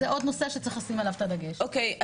אוקיי,